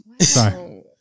Sorry